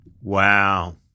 Wow